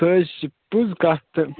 سُہ حظ چھِ پوٚز کَتھ تہٕ